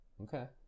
Okay